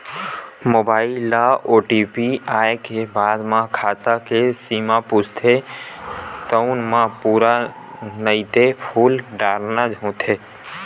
mobile म OTP आए के बाद म खाता के सीमा पूछथे तउन म पूरा नइते फूल डारना होथे